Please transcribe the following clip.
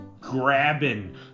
grabbing